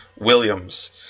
Williams